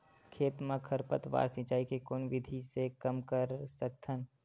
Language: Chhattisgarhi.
खेत म खरपतवार सिंचाई के कोन विधि से कम कर सकथन?